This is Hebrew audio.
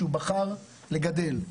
שהוא בחר לגדל.